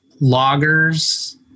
loggers